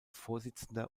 vorsitzender